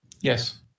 Yes